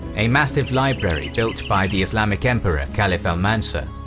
a massive library built by the islamic emperor caliph al-mansur.